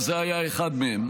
וזה היה אחד מהם,